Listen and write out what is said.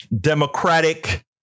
democratic